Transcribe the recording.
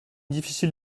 difficile